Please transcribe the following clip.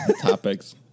topics